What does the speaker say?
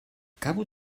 acabo